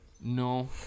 No